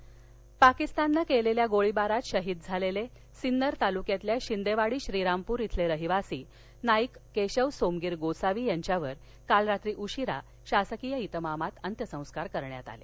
शहीद जवान पाकिस्तानने केलेल्या गोळीबारात शहीद झालेले सिन्नर तालुक्यातल्या शिंदेवाडी श्रीरामपूर इथले रहिवासी नाईक केशव सोमगिर गोसावी यांच्यावर काल रात्री उशिरा शासकीय इतमामात अंत्यसंस्कार करण्यात आले